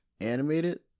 Animated